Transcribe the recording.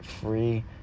free